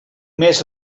més